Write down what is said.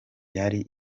byari